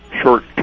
short